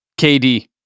KD